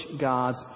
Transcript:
God's